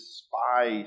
spy